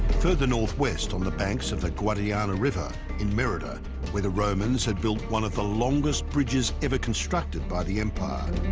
further northwest on the banks of the guadiana river in merida where the romans had built one of the longest bridges ever constructed by the empire